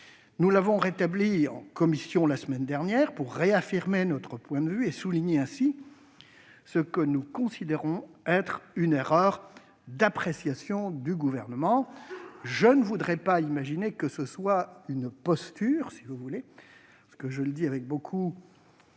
Nous l'avons rétabli en commission la semaine dernière, pour réaffirmer notre point de vue et souligner ainsi ce que nous considérons être une erreur d'appréciation du Gouvernement. Je ne puis imaginer qu'il s'agisse d'une posture de sa part ! Je le dis avec beaucoup de